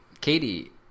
katie